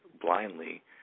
blindly